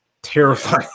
Terrifying